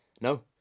No